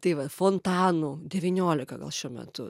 tai va fontanų devyniolika gal šiuo metu